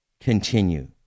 continue